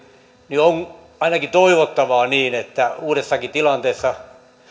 niin on ainakin toivottavaa että uudessakin tilanteessa